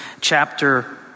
chapter